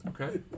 Okay